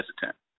hesitant